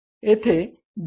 तर येथे B